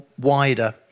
wider